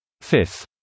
Fifth